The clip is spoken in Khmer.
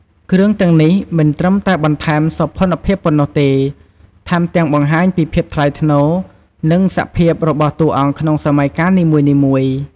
គ្រឿងទាំងនេះមិនត្រឹមតែបន្ថែមសោភ័ណភាពប៉ុណ្ណោះទេ ថែមទាំង បង្ហាញពីភាពថ្លៃថ្នូរ និងសភាពរបស់តួអង្គក្នុងសម័យកាលនីមួយៗ។